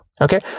Okay